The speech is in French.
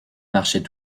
marchait